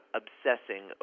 obsessing